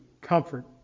comfort